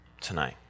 tonight